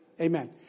Amen